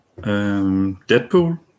Deadpool